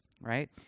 right